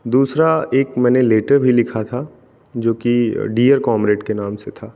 दूसरा एक मैंने लेटर भी लिखा था जो की डियर कॉमरेड के नाम से था